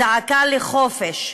זעקה לחופש,